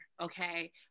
okay